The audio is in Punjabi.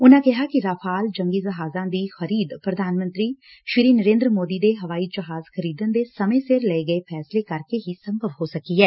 ਉਨਾਂ ਕਿਹਾ ਕਿ ਰਾਫ਼ਾਲ ਜੰਗੀ ਜਹਾਜ਼ਾਂ ਦੀ ਖਰੀਦ ਪ੍ਰਧਾਨ ਮੰਤਰੀ ਨਰੇਂਦਰ ਮੋਦੀ ਦੇ ਹਵਾਈ ਜਹਾਜ਼ ਖਰੀਦਣ ਦੇ ਸਮੇਂ ਸਿਰ ਲਏ ਗਏ ਫੈਸਲੇ ਕਰਕੇ ਹੀ ਸੰਭਵ ਹੋ ਸਕੀ ਏ